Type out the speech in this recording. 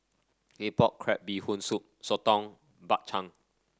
Claypot Crab Bee Hoon Soup soto Bak Chang